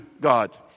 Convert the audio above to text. God